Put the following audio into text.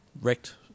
wrecked